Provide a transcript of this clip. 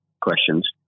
questions